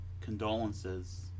condolences